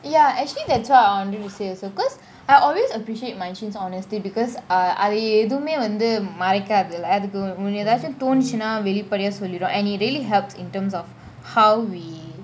ya actually that's what I wanted to say also because I always appreciate marichin's honesty because ah ah அது ஏதுமே மறைக்காது அதுக்கு எதாச்சி தோணிச்சின்னா வெளிப்படையா சொல்லிடும் :athu eathumey maraikaathu athuku yeathaachi thonichina velipadaya solidum and it really helps in terms of how we